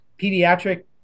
pediatric